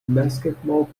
basketball